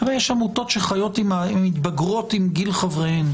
אבל יש עמותות שמתבגרות עם גיל חבריהן.